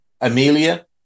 Amelia